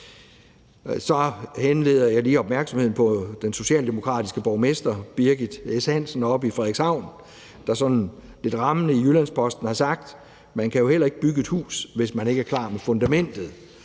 Så henleder jeg lige opmærksomheden på den socialdemokratiske borgmester Birgit S. Hansen oppe i Frederikshavn, der lidt rammende i Jyllands-Posten har sagt: Man kan jo heller ikke bygge et hus, hvis man ikke er klar med fundamentet.